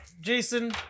Jason